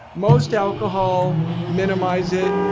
most alcohol minimize it,